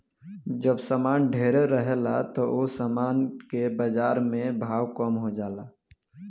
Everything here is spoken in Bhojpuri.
जब सामान ढेरे रहेला त ओह सामान के बाजार में भाव कम हो जाला